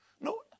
No